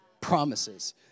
Promises